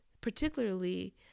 particularly